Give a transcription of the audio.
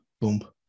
boom